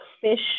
fish